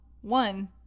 one